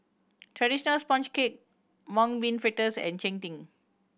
traditional sponge cake Mung Bean Fritters and cheng tng